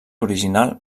original